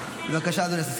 בבקשה, אדוני השר.